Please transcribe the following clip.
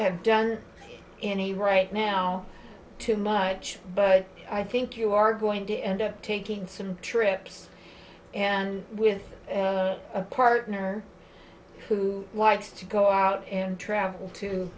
have done any right now too much but i think you are going to end up taking some trips and with a partner who likes to go out and travel to